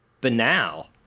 banal